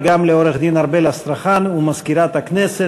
וגם לעורכת-הדין ארבל אסטרחן ולמזכירת הכנסת